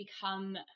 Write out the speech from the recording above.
become